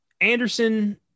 Anderson